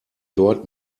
dort